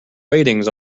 ratings